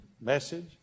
message